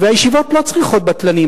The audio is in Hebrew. והישיבות לא צריכות בטלנים,